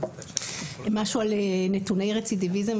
משהו על נתוני רצידיביזם.